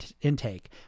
intake